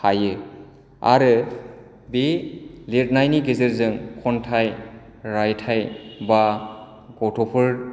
हायो आरो बे लिरनायनि गेजेरजों खन्थाइ रायथाइ एबा गथ'फोर